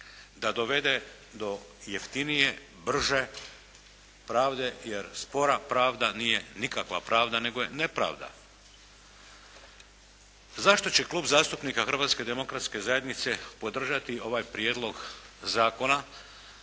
da dovede do jeftinije, brže pravde, jer spora pravda nije nikakva pravda nego je nepravda. Zašto će Klub zastupnika Hrvatske demokratske zajednice podržati ovaj prijedlog zakona